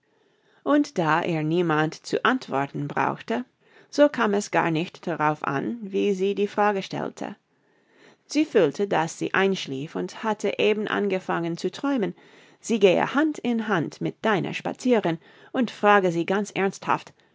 und da ihr niemand zu antworten brauchte so kam es gar nicht darauf an wie sie die frage stellte sie fühlte daß sie einschlief und hatte eben angefangen zu träumen sie gehe hand in hand mit dinah spazieren und frage sie ganz ernsthaft